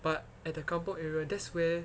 but at the kampung area that's where